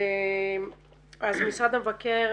אז משרד המבקר,